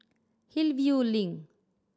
Hillview Link